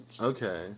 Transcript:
Okay